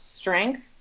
strength